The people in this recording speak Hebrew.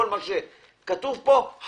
כל מה שכתוב פה יחול,